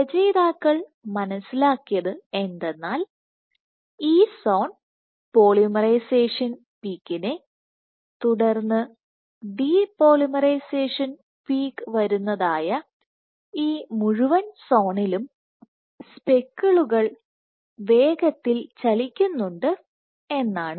രചയിതാക്കൾ മനസ്സിലാക്കിയത് എന്തെന്നാൽ ഈ സോൺ പോളിമറൈസേഷൻ പീക്കിനെ തുടർന്ന് ഡിപോളിമറൈസേഷൻപീക്ക് വരുന്നതായ ഈ മുഴുവൻ സോണിലും സ്പെക്കിളുകൾവേഗത്തിൽ ചലിക്കുന്നുണ്ട് എന്നാണ്